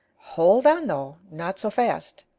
hold on, though! not so fast.